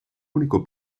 unico